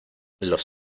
los